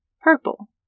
purple